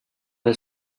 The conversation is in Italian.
del